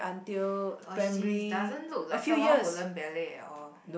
or she doesn't look like someone who learn ballet at all